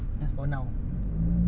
mm